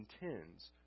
intends